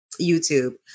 YouTube